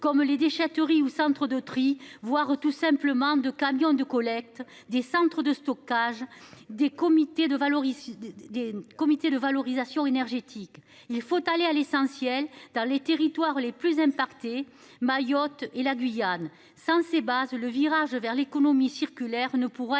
Comme les déchetteries ou centres de tri, voire tout simplement de camions de collecte des centres de stockage des comités de Vallauris. Des comités de valorisation énergétique, il faut aller à l'essentiel dans les territoires les plus M. partez Mayotte et la Guyane. Sans ces bases le virage vers l'économie circulaire ne pourra être